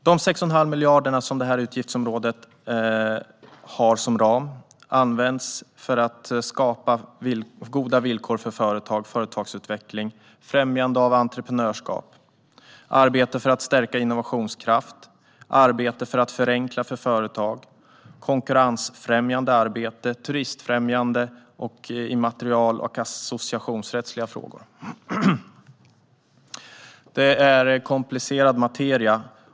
De 6 1⁄2 miljarder som det här utgiftsområdet har som ram används för att skapa goda villkor för företagsutveckling, främjande av entreprenörskap, arbete för att stärka innovationskraften, arbete för att förenkla för fö-retag, konkurrensfrämjande arbete, turistfrämjande samt immaterial och associationsrättsliga frågor. Det här är komplicerad materia.